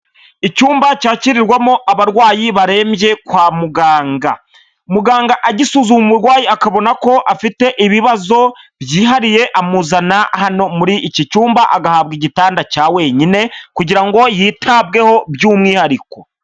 Icyumba cyakirirwamo abarwayi barembye kwa muganga, muganga agisuzuma umurwayi akabona ko afite ibibazo byihariye amuzana hano muri iki cyumba agahabwa igitanda cya wenyine kugira ngo yitabweho by'umwihariko.